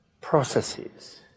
processes